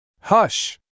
Hush